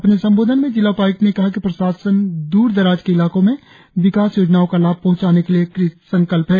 अपने संबोधन में जिला उपाय्क्त ने कहा कि प्रशासन दूर दराज के इलाकों में विकास योजनाओं का लाभ पहंचाने के लिए कृत संकल्प है